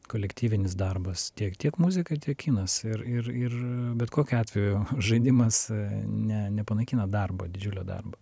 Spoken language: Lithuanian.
kolektyvinis darbas tiek tiek muzika kinas ir ir ir bet kokiu atveju žaidimas ne nepanaikina darbo didžiulio darbo